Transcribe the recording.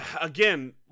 again